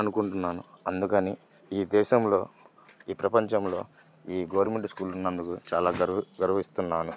అనుకుంటున్నాను అందుకని ఈ దేశంలో ఈ ప్రపంచంలో ఈ గవర్నమెంట్ స్కూల్ ఉన్నందుకు చాలా గ గర్విస్తున్నాను